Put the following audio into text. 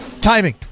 Timing